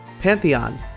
Pantheon